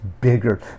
bigger